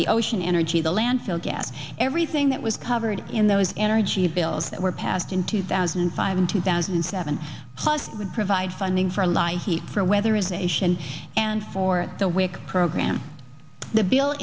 the ocean energy the landfill gas everything that was covered in those energy bills that were passed in two thousand and five and two thousand and seven hust would provide funding for a lie he for weather is nation and for the wake program the bill